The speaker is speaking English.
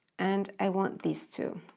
and i want these two.